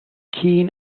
keen